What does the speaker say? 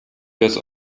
das